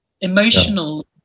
emotional